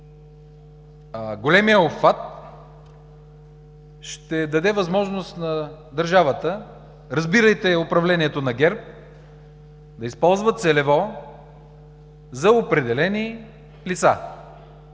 големият обхват ще даде възможност на държавата, разбирайте – управлението на ГЕРБ, да използва целево за определени лица?